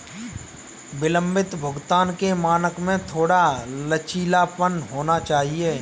विलंबित भुगतान के मानक में थोड़ा लचीलापन होना चाहिए